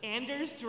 Anders